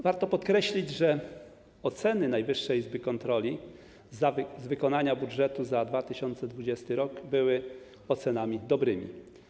Warto podkreślić, że oceny Najwyższej Izby Kontroli z wykonania budżetu za 2020 r. były ocenami dobrymi.